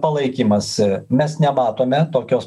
palaikymas mes nematome tokios